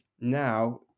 Now